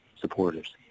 supporters